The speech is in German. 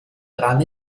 dran